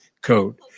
code